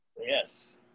Yes